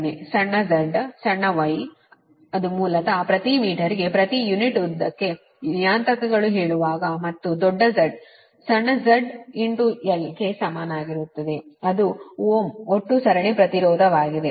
ಸಣ್ಣ z ಸಣ್ಣ y ಅದು ಮೂಲತಃ ಪ್ರತಿ ಮೀಟರ್ಗೆ ಪ್ರತಿ ಯುನಿಟ್ ಉದ್ದಕ್ಕೆ ನಿಯತಾಂಕಗಳು ಹೇಳುವಾಗ ಮತ್ತು ದೊಡ್ಡ Z ಸಣ್ಣ z l ಗೆ ಸಮಾನವಾಗಿರುತ್ತದೆ ಅದು ಓಮ್ ಒಟ್ಟು ಸರಣಿ ಪ್ರತಿರೋಧವಾಗಿದೆ